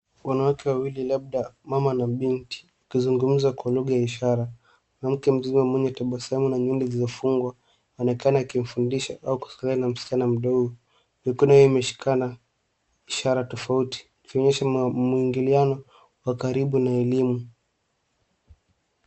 Wanawake wawili labda mama na binti, akizungumza kwa lugha ya ishara. Mwanamke mzima mwenye tabasamu na nywele zilizofungwa, anaonekana akimfundisha au kusoma na msichana mdogo. Mikono yao ameshikana, ishara tofauti, ikionyesha muingiliano wa karibu na elimu.